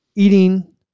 Eating